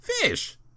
Fish